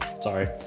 Sorry